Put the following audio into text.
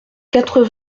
quatre